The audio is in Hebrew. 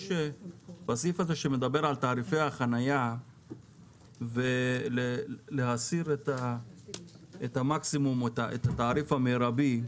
יש סעיף שמדבר על תעריפי החנייה להסיר את המקסימום או את התעריף המרבי.